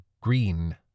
green